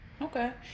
Okay